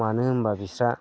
मानो होनबा बिसोरहा